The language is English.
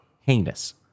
heinous